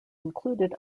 included